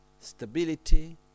stability